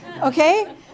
Okay